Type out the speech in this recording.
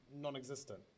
non-existent